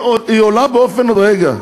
הוא עולה באופן אוטומטי.